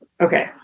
Okay